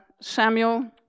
Samuel